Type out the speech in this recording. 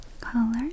color